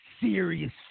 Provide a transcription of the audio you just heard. serious